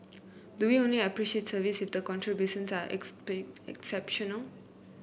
do we only appreciate service if the contributions are exceptional